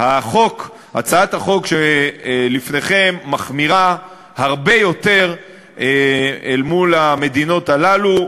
הצעת החוק שלפניכם מחמירה הרבה יותר מהמדינות האלה,